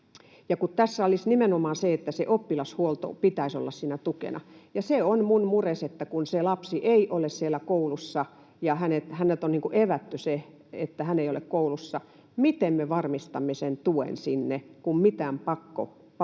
Ja tässä olisi nimenomaan se, että sen oppilashuollon pitäisi olla siinä tukena, ja se on minun murekseni, että kun se lapsi ei ole siellä koulussa ja häneltä on evätty se, hän ei ole koulussa, niin miten me varmistamme sen tuen sinne, kun mitään pakkosysteemiä